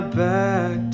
back